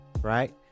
Right